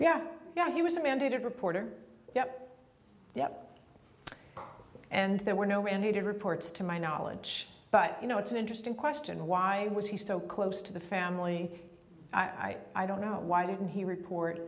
yeah yeah he was a mandated reporter yep yep and there were no mandated reports to my knowledge but you know it's an interesting question why was he so close to the family i i i don't know why didn't he report